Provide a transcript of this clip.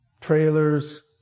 trailers